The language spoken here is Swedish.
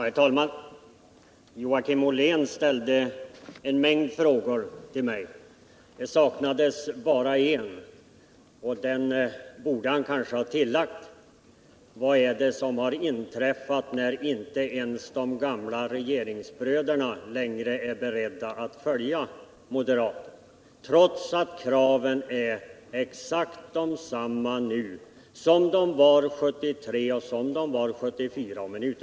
Herr talman! Joakim Ollén ställde en mängd frågor till mig. Det saknades bara en, och den borde han kanske ha tillagt: Vad är det som har inträffat när inte ens de gamla regeringsbröderna längre är beredda att följa moderaterna trots att kraven på en utredning är exakt desamma nu som de var 1973 och som de var 1974?